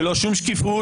ללא שום שקיפות,